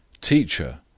Teacher